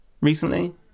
recently